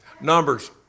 Numbers